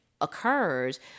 occurs